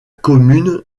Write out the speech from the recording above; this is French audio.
commune